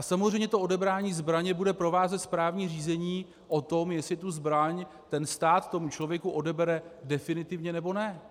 Samozřejmě to odevzdání zbraně bude provázet správní řízení o tom, jestli zbraň stát tomu člověku odebere definitivně, nebo ne.